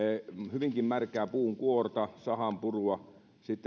hyvinkin märkää puun kuorta sahanpurua ja